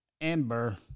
amber